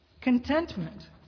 Contentment